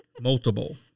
Multiple